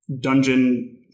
dungeon